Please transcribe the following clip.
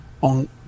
on